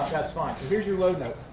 that's fine. and here's your low note.